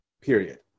Period